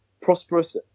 prosperous